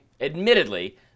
admittedly